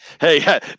Hey